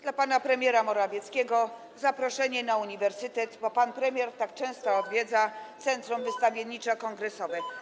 Dla pana premiera Morawieckiego jest zaproszenie na uniwersytet, bo pan premier tak często odwiedza centrum wystawienniczo-kongresowe.